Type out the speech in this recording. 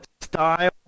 style